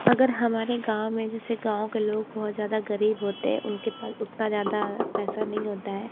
अगर हमारे गाँव में जैसे गाँव के लोग बहुत ज़्यादा गरीब होते हैं उनके पास उतना ज़्यादा पैसा नहीं होता है